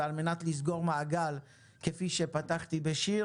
ועל מנת לסגור מעגל כפי שפתחתי בשיר,